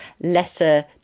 lesser